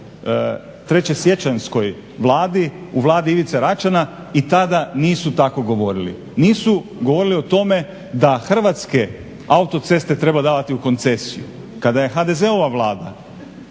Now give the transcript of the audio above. trečesiječanjskoj Vladi, u Vladi Ivice Račana i tada nisu tako govorili. Nisu govorili o tome da Hrvatske autoceste treba davati u koncesiju. Kada je HDZ-ova Vlada